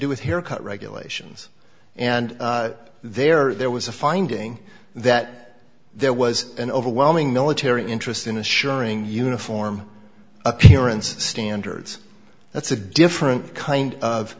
do with hair cut regulations and there are there was a finding that there was an overwhelming military interest in assuring uniform appearance standards that's a different kind of